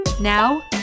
Now